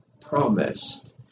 promised